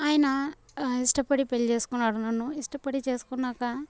ఆయన ఇష్టపడి పెళ్ళి చేసుకున్నాడు నన్ను ఇష్టపడి చేసుకున్నాక